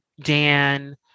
dan